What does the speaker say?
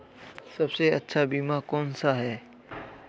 सबसे अच्छा बीमा कौनसा है?